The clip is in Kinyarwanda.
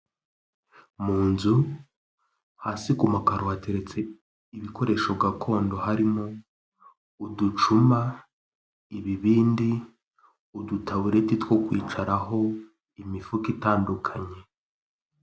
Mu nzu hasi ku makaro hateretse ibikoresho gakondo harimo uducuma, ibibindi, udutabureti two kwicaraho, imifuka itandukanye.